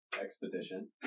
Expedition